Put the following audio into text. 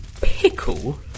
Pickle